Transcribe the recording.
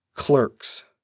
Clerks